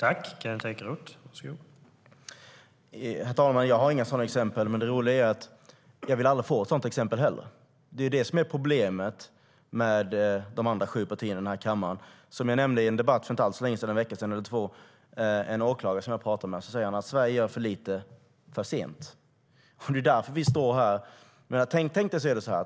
Herr talman! Jag har inga sådana exempel. Det roliga är att vi aldrig lär få ett sådant exempel. Det är problemet med de andra sju partierna i kammaren. Jag nämnde i en debatt för någon vecka sedan vad en åklagare hade sagt till mig. Han sa att Sverige gör för lite för sent. Det är därför vi står här.